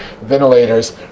ventilators